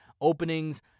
openings